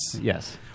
Yes